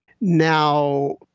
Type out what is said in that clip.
Now